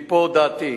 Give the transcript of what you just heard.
מפה הודעתי,